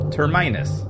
Terminus